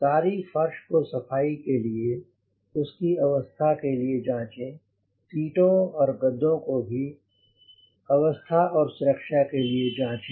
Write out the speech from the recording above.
सारी फर्श को सफाई के लिए उसकी अवस्था के लिए जांचें सीटों और गद्दों को को भी अवस्था और सुरक्षा के लिए जांचें